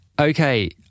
Okay